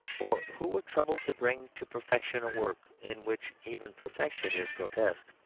for who would trouble to bring to perfection a work in which even perfection is grotesque?